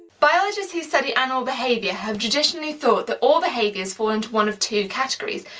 biologists who study animal behaviour have traditionally thought that all behaviours fall into one of two categories.